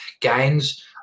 gains